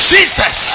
Jesus